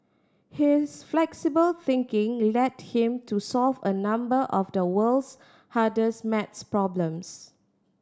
his flexible thinking led him to solve a number of the world's hardest maths problems